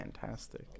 Fantastic